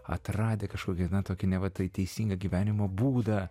atradę kažkokį na tokį neva tai teisingą gyvenimo būdą